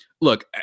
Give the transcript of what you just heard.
look